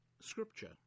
scripture